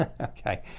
Okay